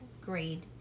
grade